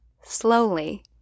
slowly